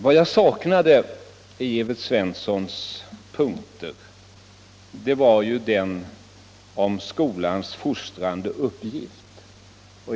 Vad jag saknade i Evert Svenssons anförande var en punkt om skolans fostrande uppgift.